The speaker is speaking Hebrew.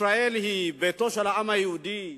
ישראל היא ביתו של העם היהודי,